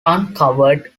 uncovered